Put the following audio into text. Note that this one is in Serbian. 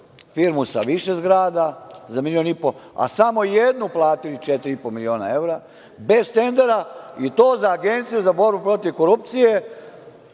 firmu sa više zgrada za milion i po, a samo jednu platili četiri i po miliona evra, bez tendera, i to za Agenciju za borbu protiv korupcije,